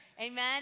amen